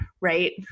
right